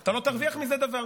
אתה לא תרוויח מזה דבר.